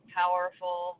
powerful